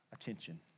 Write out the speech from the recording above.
attention